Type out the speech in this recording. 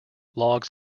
logs